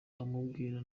umubwire